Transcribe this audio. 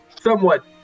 somewhat